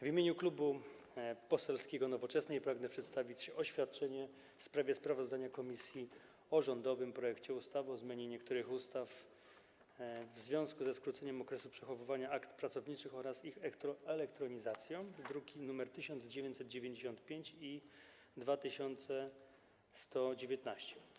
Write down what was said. W imieniu Klubu Poselskiego Nowoczesna pragnę przedstawić oświadczenie w sprawie sprawozdania komisji o rządowym projekcie ustawy o zmianie niektórych ustaw w związku ze skróceniem okresu przechowywania akt pracowniczych oraz ich elektronizacją, druki nr 1995 i 2119.